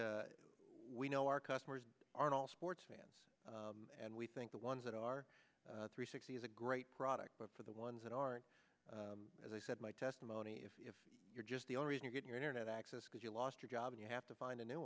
but we know our customers are all sports fans and we think the ones that are three sixty is a great product but for the ones that aren't as i said my testimony if you're just the only reason you get your internet access because you lost your job and you have to find a new